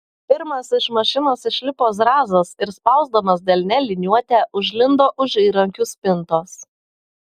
pirmas iš mašinos išlipo zrazas ir spausdamas delne liniuotę užlindo už įrankių spintos